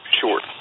short